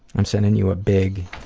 i'm sending you a big,